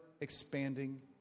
expanding